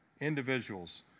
individuals